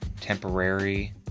temporary